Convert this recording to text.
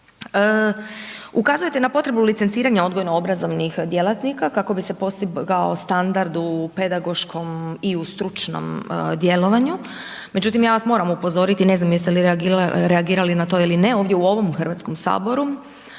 Ukazujete na potrebu licenciranja odgojno obrazovnih djelatnika kako bi se postigao standard u pedagoškom i u stručnom djelovanju, međutim ja vas moram upozoriti, ne znam jeste li reagirali na to ili ne, ovdje u ovom Hrvatskom saboru